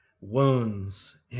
wounds